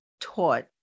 taught